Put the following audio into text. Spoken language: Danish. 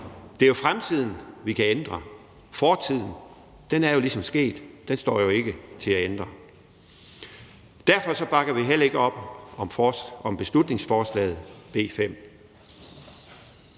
Det er jo fremtiden, vi kan ændre, fortiden er ligesom sket, den står jo ikke til at ændre. Derfor bakker vi heller ikke op om beslutningsforslag nr.